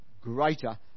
Greater